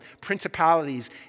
principalities